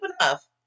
enough